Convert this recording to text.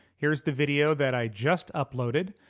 here's the video that i just uploaded.